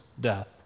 death